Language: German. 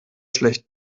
schlecht